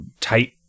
tight